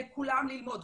לכולם ללמוד,